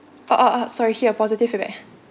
orh orh orh sorry here positive feedback